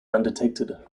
undetected